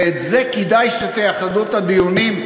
ולזה כדאי שתייחדו את הדיונים,